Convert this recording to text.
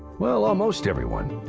well, almost everyone.